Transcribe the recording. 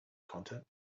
content